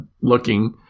looking